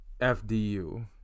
FDU